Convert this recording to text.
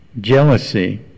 Jealousy